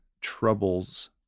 troubles